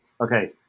Okay